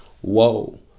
Whoa